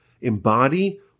embody